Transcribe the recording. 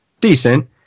decent